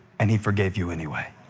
and he forgave you anyway.